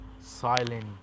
silent